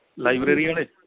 library ਵਾਲੇ